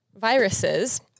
viruses